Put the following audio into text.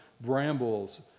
brambles